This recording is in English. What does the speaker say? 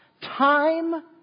time